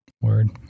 Word